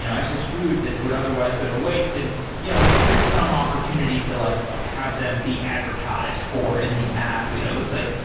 and excess food that would otherwise go to waste and you know maybe there's some opportunity to like have them be advertised for in the app. you know it's like,